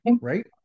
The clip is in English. Right